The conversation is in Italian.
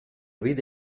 vide